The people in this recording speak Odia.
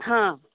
ହଁ